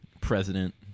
president